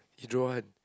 he draw one